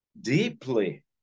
deeply